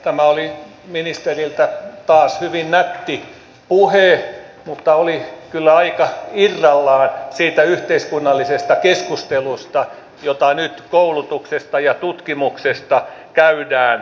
tämä oli ministeriltä taas hyvin nätti puhe mutta oli kyllä aika irrallaan siitä yhteiskunnallisesta keskustelusta jota nyt koulutuksesta ja tutkimuksesta käydään